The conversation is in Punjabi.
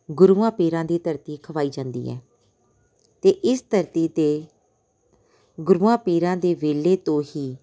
ਗੁਰੂਆ ਪੀਰਾਂ ਦੀ ਧਰਤੀ ਅਖਵਾਈ ਜਾਂਦੀ ਹੈ ਅਤੇ ਇਸ ਧਰਤੀ 'ਤੇ ਗੁਰੂਆ ਪੀਰਾਂ ਦੇ ਵੇਲੇ ਤੋਂ ਹੀ